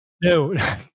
No